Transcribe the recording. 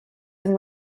and